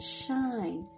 shine